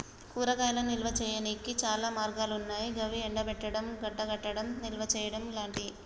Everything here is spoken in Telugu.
కూరగాయలను నిల్వ చేయనీకి చాలా మార్గాలన్నాయి గవి ఎండబెట్టడం, గడ్డకట్టడం, నిల్వచేయడం లాంటియి